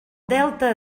delta